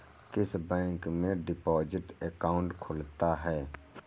किस बैंक में deposit account खुलता है?